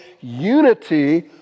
unity